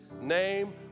name